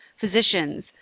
physicians